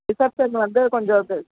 reception வந்து கொஞ்சம் இது